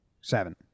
seven